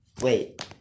wait